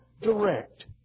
direct